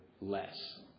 less